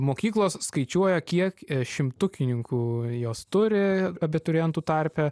mokyklos skaičiuoja kiek šimtukininkų jos turi abiturientų tarpe